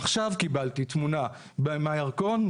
עכשיו קיבלתי תמונה מהירקון.